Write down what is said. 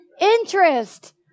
interest